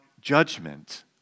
judgment